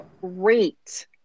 great